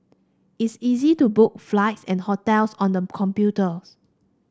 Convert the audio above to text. it's easy to book flights and hotels on them computers